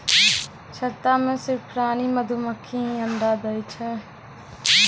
छत्ता मॅ सिर्फ रानी मधुमक्खी हीं अंडा दै छै